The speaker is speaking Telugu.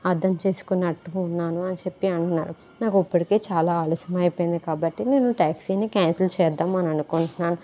అర్థం చేసుకున్నట్టు ఉన్నాను అని చెప్పి అంటున్నారు నాకు ఇప్పటికే చాలా ఆలస్యం అయిపోయింది కాబట్టి నేను టాక్సీని క్యాన్సిల్ చేద్దాం అని అనుకుంటున్నాను